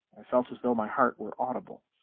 i felt as though my heart were audible.